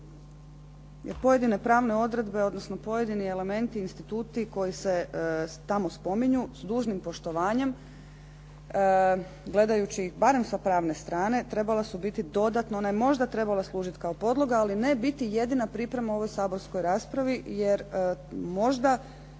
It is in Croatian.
Jer pojedine pravne odredbe, odnosno pojedini elementi, instituti koji se tamo spominju s dužnim poštovanjem gledajući ih barem sa pravne strane trebala su biti dodatno, ona je možda trebala služiti kao podloga ali ne biti jedina priprema u ovoj saborskoj raspravi. Jer možda